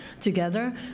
together